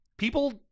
People